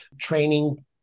training